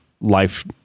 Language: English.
life